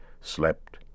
slept